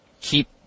keep